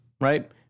right